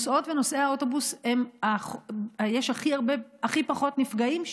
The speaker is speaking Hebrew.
בין נוסעות ונוסעי האוטובוס יש הכי פחות נפגעים,